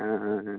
ஆ ஆ ஆ